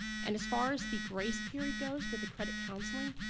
and as far as the grace period goes with the credit counseling,